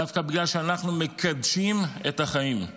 דווקא בגלל שאנחנו מקדשים את החיים,